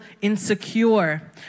insecure